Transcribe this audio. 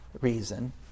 reason